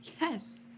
Yes